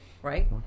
Right